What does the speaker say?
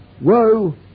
woe